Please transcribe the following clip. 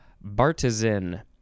Bartizan